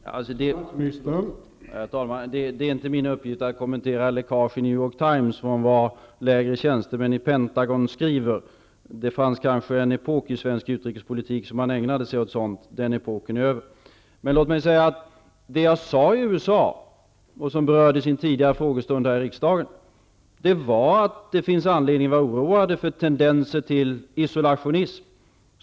Herr talman! Det är inte min uppgift att kommentera läckage i New York Times och vad lägre tjänstemän i Pentagon skriver. Det fanns kanske en epok i svensk utrikespolitik när man ägnade sig åt sådant, men den är över. Det jag sade i USA, och som berördes i en tidigare frågestund här i riksdagen, var att det finns anledning att vara oroad för tendenser till isolationism.